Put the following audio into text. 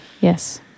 Yes